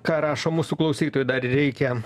ką rašo mūsų klausytojai dar reikia